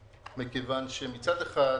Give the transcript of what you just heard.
מצד אחד,